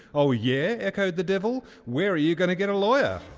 oh yeah? echoed the devil, where are you going to get a lawyer?